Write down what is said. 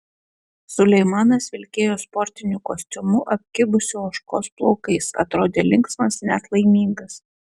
suleimanas vilkėjo sportiniu kostiumu apkibusiu ožkos plaukais atrodė linksmas net laimingas